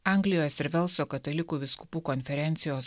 anglijos ir velso katalikų vyskupų konferencijos